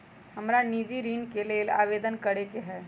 हमरा निजी ऋण के लेल आवेदन करै के हए